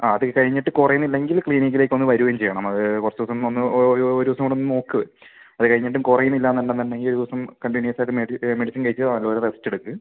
ആ അത് കഴിഞ്ഞിട്ട് കുറയുന്നില്ലെങ്കിൽ ക്ലിനിക്കിലേക്ക് ഒന്ന് വരുകയും ചെയ്യണം അത് കുറച്ച് ദിവസം ഒന്ന് ഒരു ഒരു ദിവസം കൂടെ ഒന്ന് നോക്ക് അത് കഴിഞ്ഞിട്ടും കുറയുന്നില്ലെന്ന് ഉണ്ടെന്ന് ഉണ്ടെങ്കിൽ ഒരു ദിവസം കണ്ടിന്യൂസ് ആയിട്ട് മെഡിസിൻ കഴിച്ച് നല്ലപോലെ റെസ്റ്റ് എടുക്ക്